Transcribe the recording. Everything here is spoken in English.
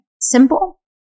simple